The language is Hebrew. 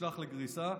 נשלח לגריסה.